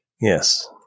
yes